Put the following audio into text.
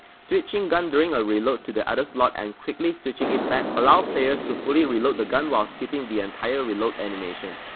switching gun during a reload to the other slot and quickly switching it back allow players to fully reload the gun while skipping the entire reload animation.